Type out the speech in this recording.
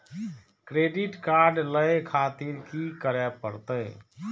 Credit card ले खातिर की करें परतें?